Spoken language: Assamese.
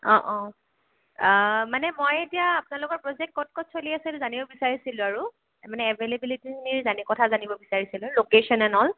অঁ অঁ মানে মই এতিয়া আপোনালোকৰ প্ৰজেক্ট ক'ত ক'ত চলি আছিল জানিব বিচাৰিছিলোঁ আৰু মানে এভেইলিবিলিটিখিনিৰ জানি কথা জানিব বিচাৰিছিলোঁ ল'কেচন এণ্ড অল